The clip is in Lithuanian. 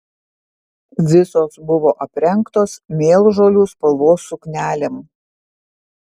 visos buvo aprengtos mėlžolių spalvos suknelėm